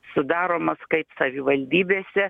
sudaromas kaip savivaldybėse